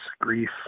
grief